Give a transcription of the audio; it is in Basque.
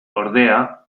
ordea